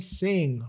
sing